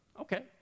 Okay